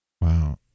Wow